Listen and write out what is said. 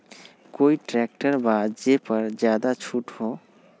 कोइ ट्रैक्टर बा जे पर ज्यादा छूट हो?